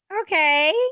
Okay